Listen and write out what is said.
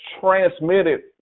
transmitted